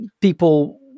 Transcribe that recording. people